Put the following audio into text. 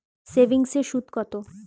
সেভিংসে সুদ কত?